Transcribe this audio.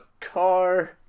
car